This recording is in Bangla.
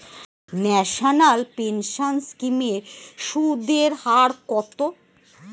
ন্যাশনাল পেনশন স্কিম এর সুদের হার কত?